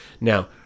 Now